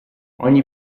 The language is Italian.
ogni